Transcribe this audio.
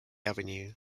avenue